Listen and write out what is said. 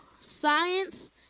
science